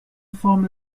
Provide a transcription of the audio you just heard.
formel